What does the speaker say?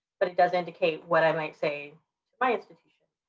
but it does indicate what i might say to my institution.